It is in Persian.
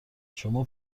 شما